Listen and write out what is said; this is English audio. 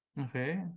okay